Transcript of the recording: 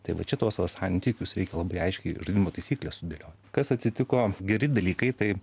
tai vat šituos va santykius reik labai aiškiai žaidimo taisykles sudėliot kas atsitiko geri dalykai tai